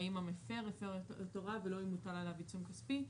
האם המפר הפר את ההטלה ולא אם הוטל עליו עיצום כספי,